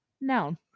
Noun